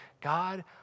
God